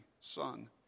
Son